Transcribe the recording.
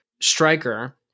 striker